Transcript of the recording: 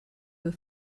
were